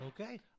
Okay